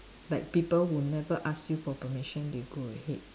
like people who never ask you for permission they go ahead